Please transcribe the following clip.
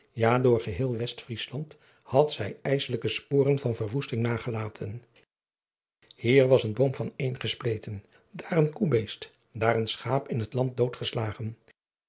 ja door geheel westvriesland had zij ijsselijke sporen van verwoesting nagelaten hier was een boom van een gespleten daar een koebeest daar een schaap in het land doodgeslagen